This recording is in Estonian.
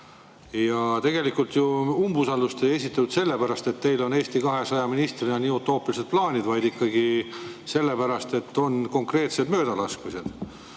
Tegelikult ju umbusaldusavaldust ei esitatud sellepärast, et teil on Eesti 200 ministrina nii utoopilised plaanid, vaid ikkagi sellepärast, et on konkreetsed möödalaskmised.